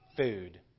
food